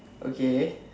okay